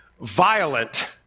Violent